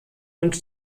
und